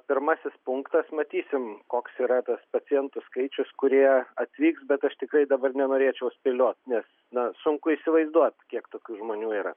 pirmasis punktas matysim koks yra tas pacientų skaičius kurie atvyks bet aš tikrai dabar nenorėčiau spėliot nes na sunku įsivaizduot kiek tokių žmonių yra